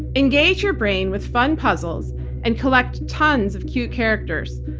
engage your brain with fun puzzles and collect tons of cute characters.